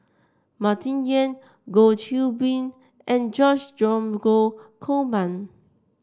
Martin Yan Goh Qiu Bin and George Dromgold Coleman